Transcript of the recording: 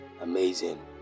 amazing